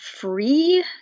free